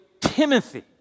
Timothy